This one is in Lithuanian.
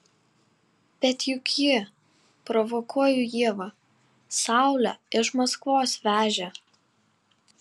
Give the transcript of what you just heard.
bet juk ji provokuoju ievą saulę iš maskvos vežė